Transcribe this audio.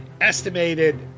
estimated